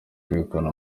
kwegukana